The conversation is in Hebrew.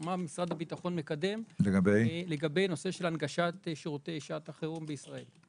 מה משרד הביטחון מקדם לגבי הנושא של הנגשת שירותי שעת החירום בישראל.